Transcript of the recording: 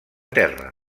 terra